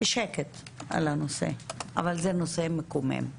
בשקט על הנושא, אבל זה נושא מקומם.